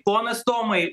ponas tomai